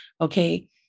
Okay